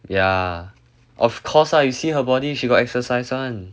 yeah of course lah you see her body she got exercise [one]